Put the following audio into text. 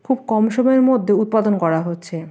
খুব কম সময়ের মধ্যে উৎপাদন করা হচ্ছে